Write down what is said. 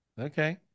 Okay